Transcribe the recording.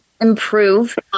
improve